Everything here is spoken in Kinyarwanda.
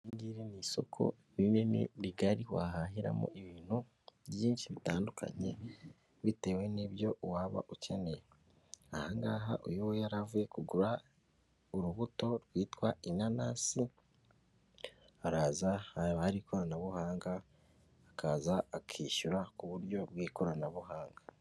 Iri ngiri ni isoko rinini rigari wahahiramo ibintu byinshi bitandukanye, bitewe n'ibyo waba ukeneye, aha ngaha uyu we yari avuye kugura urubuto rwitwa inanasi, araza haba hari ikoranabuhanga, akaza akishyura ku buryo bw'ikoranabuhanga.